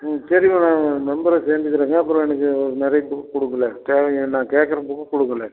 ம் சரிங்கம்மா உங்கள் மெம்பரில் சேர்ந்துக்குறேங்க அப்புறம் எனக்கு நிறைய புக்கு கொடுங்களேன் தேவையான நான் கேட்குற புக்கை கொடுங்களேன்